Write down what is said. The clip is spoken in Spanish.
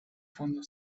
fondo